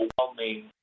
overwhelming